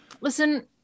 Listen